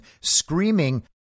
screaming